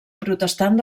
protestant